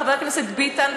וחבר הכנסת ביטן,